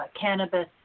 cannabis